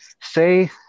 say